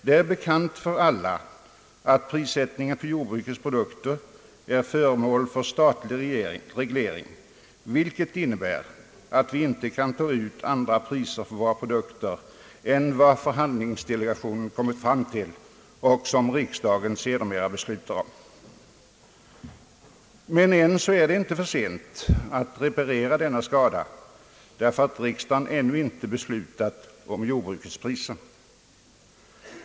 Det är bekant för alla att prissättningen på jordbrukets produkter är föremål för statlig reglering, vilket innebär att vi inte kan få ut andra priser för våra produkter än vad förhandlingsdelegationen har kommit fram till och riksdagen sedermera beslutar om. Men än är det inte för sent att reparera denna skada, därför att riksdagen har ännu inte beslutat om jordbrukets priser.